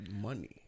money